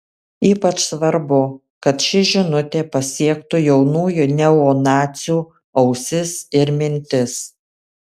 ypač svarbu kad ši žinutė pasiektų jaunųjų neonacių ausis ir mintis